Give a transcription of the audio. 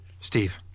Steve